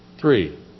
Three